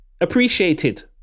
appreciated